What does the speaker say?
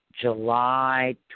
July